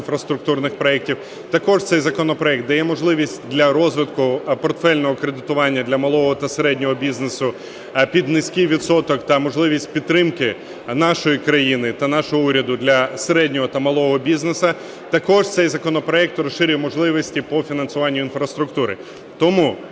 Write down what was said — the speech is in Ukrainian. інфраструктурних проектів. Також цей законопроект дає можливість для розвитку "портфельного" кредитування для малого та середнього бізнесу під низький відсоток та можливість підтримки нашої країни та нашого уряду для середнього та малого бізнесу. Також цей законопроект розширює можливості по фінансуванню інфраструктури. Тому